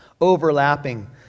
overlapping